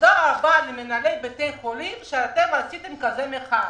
תודה רבה למנהלי בתי החולים, שעשיתם כזו מחאה.